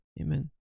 amen